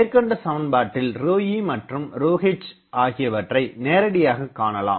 மேற்கண்ட சமன்பாட்டில் ρe மற்றும் ρh ஆகியவற்றை நேரடியாகக் காணலாம்